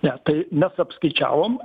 ne tai mes apskaičiavom